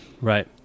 Right